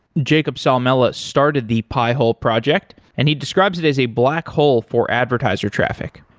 jacob salmela started the pi-hole project and he describes it as a black hole for advertiser traffic.